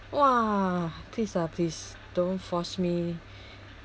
!wah! please ah please don't force me